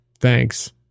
thanks